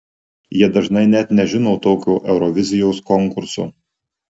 jie dažnai net nežino tokio eurovizijos konkurso